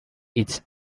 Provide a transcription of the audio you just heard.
its